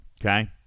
Okay